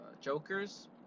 Jokers